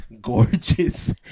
Gorgeous